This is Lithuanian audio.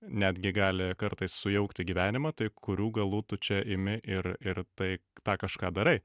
netgi gali kartais sujaukti gyvenimą tai kurių galų tu čia imi ir ir tai tą kažką darai